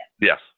Yes